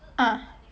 ah